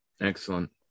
Excellent